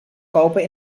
kopen